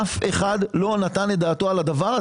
אף אחד לא נתן דעתו על כך.